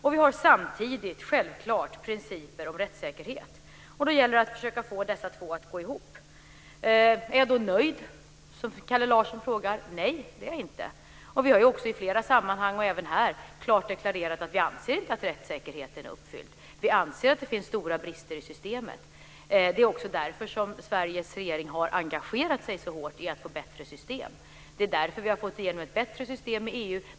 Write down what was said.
Vi har samtidigt självklart principer om rättssäkerhet. Det gäller att försöka få dessa två att gå ihop. Är jag då nöjd? frågar Kalle Larsson. Nej, det är jag inte. Vi har också i flera sammanhang och även här klart deklarerat att vi inte anser att rättssäkerheten är uppfyllt. Vi anser att det finns stora brister i systemet. Det är också därför som Sveriges regering har engagerat sig så hårt i att få ett bättre system. Det är därför vi har fått fram ett bättre system i EU.